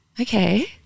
Okay